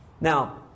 Now